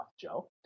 Joe